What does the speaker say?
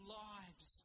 lives